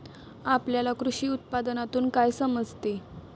आपल्याला कृषी उत्पादनातून काय समजते?